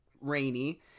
rainy